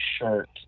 shirt